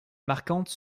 marquantes